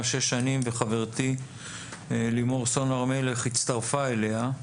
כבר שש שנים וחברתי לימור סון הר מלך הצטרפה אליה,